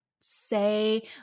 say